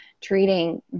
treating